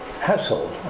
household